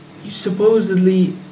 supposedly